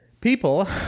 people